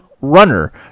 runner